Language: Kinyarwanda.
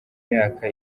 myaka